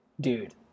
dude